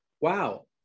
Wow